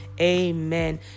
Amen